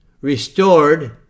restored